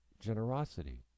generosity